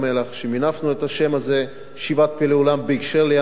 שמינפנו את השם הזה "שבעת פלאי עולם" בהקשר של ים-המלח,